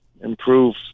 improve